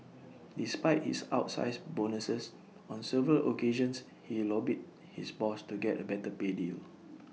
despite his outsize bonuses on several occasions he lobbied his boss to get A better pay deal